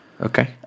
Okay